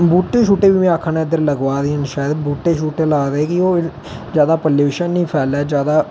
बूह्टे शूह्टे बी में आखना उद्धर लगवा दियां न शायद बूह्टे शूह्टे शायद ला दे कि ओह् ज्यादा पलूशन नेई फैला ज्यादा